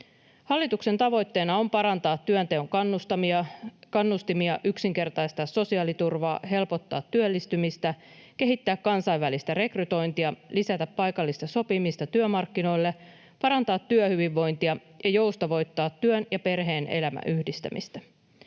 Hallituksen tavoitteena on parantaa työnteon kannustimia, yksinkertaistaa sosiaaliturvaa, helpottaa työllistymistä, kehittää kansainvälistä rekrytointia, lisätä paikallista sopimista työmarkkinoille, parantaa työhyvinvointia ja joustavoittaa työn ja perhe-elämän yhdistämistä.